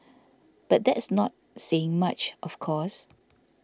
but that's not saying much of course